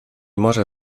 może